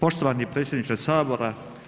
Poštovani predsjedniče Sabora.